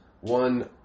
One